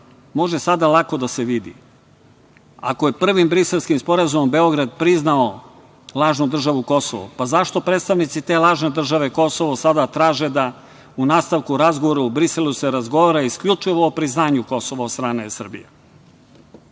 Može sada lako da se vidi. Ako je prvim Briselskim sporazumom Beograd priznao lažnu državu „Kosovo“, pa zato predstavnici te lažne države „Kosovo“ sada traže da u nastavku razgovoru u Briselu se razgovara isključivo o priznanju „Kosova“ od strane Srbije.